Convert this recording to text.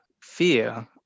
fear